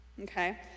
Okay